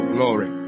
Glory